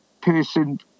person